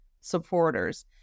supporters